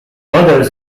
mothers